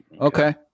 Okay